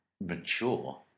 mature